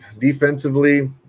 Defensively